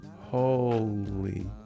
Holy